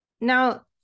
Now